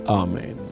amen